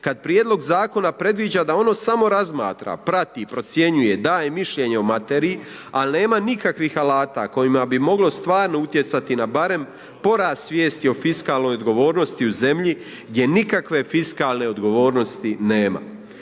kad Prijedlog zakona predviđa da ono samo razmatra, prati, procjenjuje, daje mišljenje o materiji, ali nema nikakvih alata kojima bi moglo stvarno utjecati na barem porast svijesti o fiskalnoj odgovornosti u zemlji gdje nikakve fiskalne odgovornosti nema.